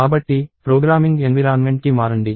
కాబట్టి programming environment కి మారండి